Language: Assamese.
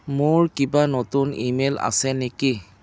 মোৰ কিবা নতুন ই মেইল আছে নেকি